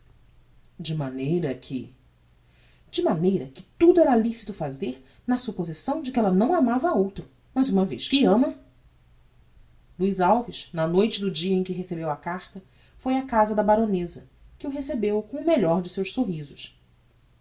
de maneira que de maneira que tudo era licito fazer na supposição de que ella não amava a outro mas uma vez que ama luiz alves na noite do dia em que recebeu a carta foi á casa da baroneza que o recebeu com o melhor de seus sorrisos